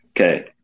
okay